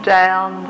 down